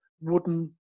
wooden